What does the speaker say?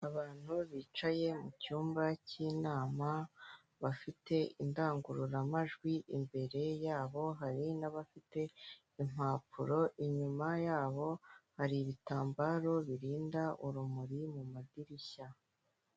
Abantu bicaye mu cyumba cy'inama, bafite indangururamajwi imbere yabo, hari n'abafite impapuro, inyuma yabo hari ibitambaro birinda urumuri mu madirishya.